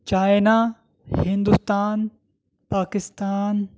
China Hindustan Pakistan